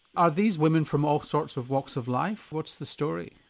are these women from all sorts of walks of life, what's the story?